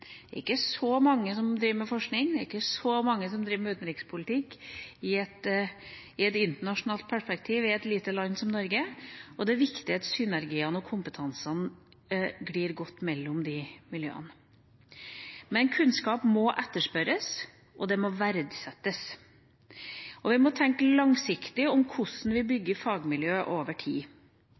Det er ikke så mange som driver med forskning, det er ikke så mange som driver med utenrikspolitikk i et internasjonalt perspektiv i et lite land som Norge, og det er viktig at synergiene og kompetansen glir godt mellom disse miljøene. Men kunnskap må etterspørres, den må verdsettes, og vi må tenke langsiktig om hvordan vi bygger fagmiljø over tid.